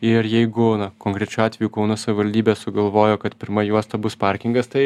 ir jeigu na konkrečiu atveju kauno savivaldybė sugalvojo kad pirma juosta bus parkingas tai